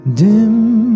dim